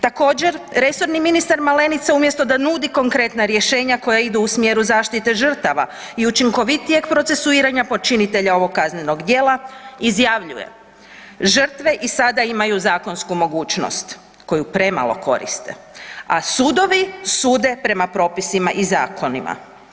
Također, resorni ministar Malenica umjesto da nudi konkretna rješenja koja idu u smjeru zaštite žrtava i učinkovitije procesuiranja počinitelja ovog kaznenog djela, izjavljuje „Žrtve i sada imaju zakonsku mogućnost koju premalo koriste a sudovi sude prema propisima i zakonima“